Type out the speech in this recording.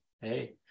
Hey